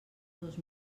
dos